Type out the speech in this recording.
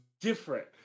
different